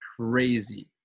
crazy